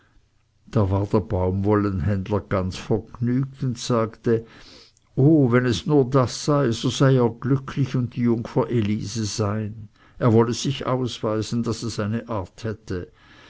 der baumwollhändler ganz vergnügt und sagte oh wenn es nur das sei so sei er glücklich und die jungfer elise sein er wolle sich ausweisen daß es eine art hätte